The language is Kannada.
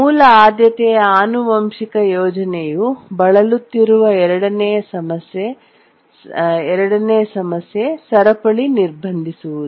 ಮೂಲ ಆದ್ಯತೆಯ ಆನುವಂಶಿಕ ಯೋಜನೆಯು ಬಳಲುತ್ತಿರುವ ಎರಡನೇ ಸಮಸ್ಯೆ ಸರಪಳಿ ನಿರ್ಬಂಧಿಸುವುದು